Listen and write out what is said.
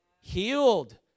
healed